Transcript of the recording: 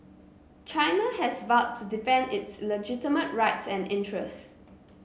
China has vowed to defends its legitimate rights and interests